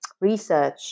research